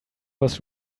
was